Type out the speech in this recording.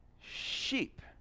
Sheep